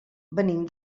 venim